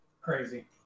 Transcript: crazy